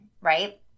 right